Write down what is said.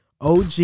OG